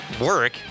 work